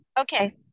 okay